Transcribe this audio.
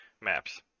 maps